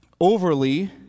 overly